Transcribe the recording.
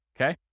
Okay